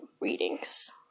readings